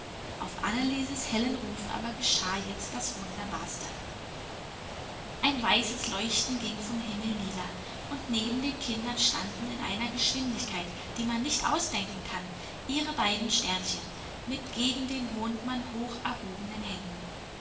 auf annelieses hellen ruf aber geschah jetzt das wunderbarste ein weißes leuchten ging vom himmel nieder und neben den kindern standen in einer geschwindigkeit die man nicht ausdenken kann ihre beiden sternchen mit gegen den mondmann hoch erhobenen händen